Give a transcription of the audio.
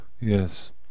yes